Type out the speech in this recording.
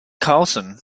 karlsson